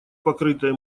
покрытое